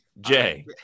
Jay